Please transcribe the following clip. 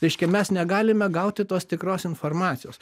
reiškia mes negalime gauti tos tikros informacijos